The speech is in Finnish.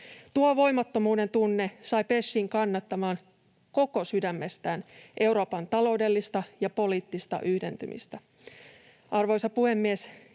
Tuo voimattomuuden tunne sai Bechin kannattamaan koko sydämestään Euroopan taloudellista ja poliittista yhdentymistä.